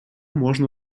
можно